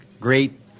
great